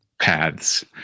paths